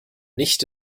nicht